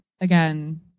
again